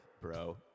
bro